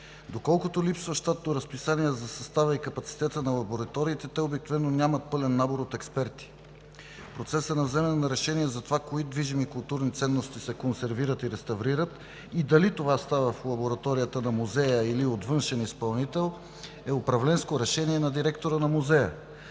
Доколкото липсва щатно разписание за състава и капацитета на лабораториите, те обикновено нямат пълен набор от експерти. Процесът на вземане на решение за това кои движими културни ценности се консервират и реставрират и дали това става в лабораторията на музея, или от външен изпълнител е управленско решение на директора на музея.